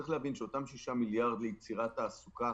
צריך להבין שאותם 6 מיליארד ליצירת תעסוקה,